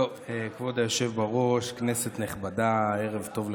כבוד היושב-ראש, כנסת נכבדה, ערב טוב לכולם,